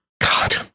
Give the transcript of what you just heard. God